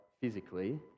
physically